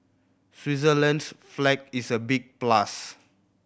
Switzerland's flag is a big plus